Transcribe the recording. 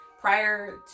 prior